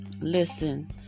Listen